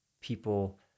people